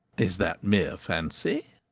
is that mere fancy?